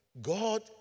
God